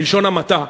בלשון המעטה,